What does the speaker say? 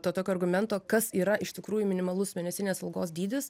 to tokio argumento kas yra iš tikrųjų minimalus mėnesinės algos dydis